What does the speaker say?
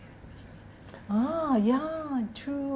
oh ya true